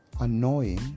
annoying